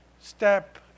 step